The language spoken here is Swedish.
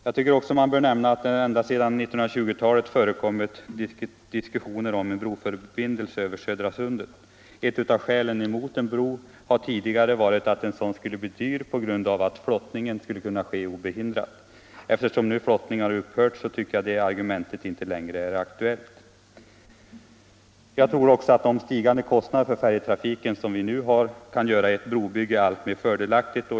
Jag tycker också det bör nämnas att man ända sedan 1920-talet diskuterat en broförbindelse över Södra sundet. Ett av skälen mot en bro har tidigare varit att en sådan skulle bli dyr på grund av att flottningen måste kunna ske obehindrat. Eftersom nu flottningen har upphört är det argumentet inte längre aktuellt. De stigande kostnaderna för färjtrafiken kan göra ett brobygge alltmer fördelaktigt.